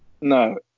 No